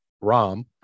ROM